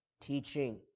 teaching